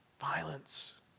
Violence